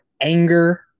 anger